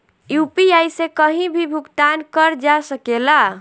UPI से कहीं भी भुगतान कर जा सकेला?